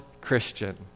Christian